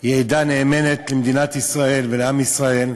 היא עדה נאמנה למדינת ישראל ולעם ישראל,